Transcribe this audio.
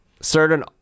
Certain